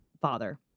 father